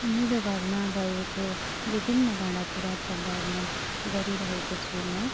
मेरो घरमा भएको विभिन्न भाँडाकुँडाको वर्णन गरिरहेको छु म